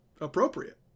appropriate